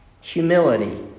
Humility